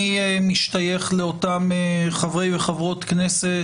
אני משתייך לאותם חברי וחברות כנסת